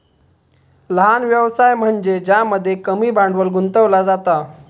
लहान व्यवसाय म्हनज्ये ज्यामध्ये कमी भांडवल गुंतवला जाता